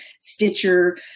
Stitcher